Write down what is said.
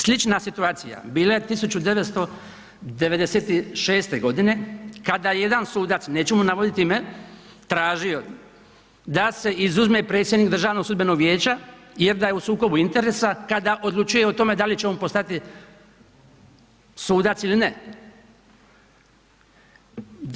Slična situacija bila je 1996. godine kada je jedan sudac, neću mu navoditi ime, tražio da se izuzme predsjednik Državnog sudbenog vijeća jer da je u sukobu interesa kada odlučuje o tome da li će on postati sudac ili ne.